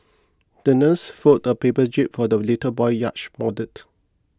the nurse folded a paper jib for the little boy's yacht model